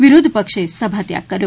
વિરોધ પક્ષે સભાત્યાગ કર્યો